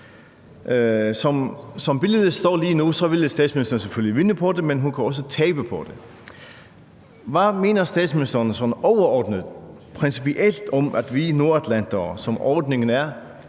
Som billedet er lige nu, ville statsministeren selvfølgelig vinde på det, men hun kan også tabe på det. Hvad mener statsministeren sådan overordnet principielt om, at vi nordatlantere, som ordningen er,